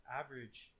average